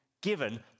given